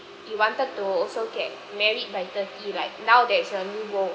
you wanted to also get married by thirties like now there's a new goal